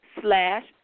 slash